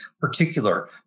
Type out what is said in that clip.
particular